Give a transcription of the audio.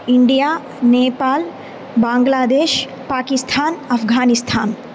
India Nepal Bangladesh Pakistan Afghanistan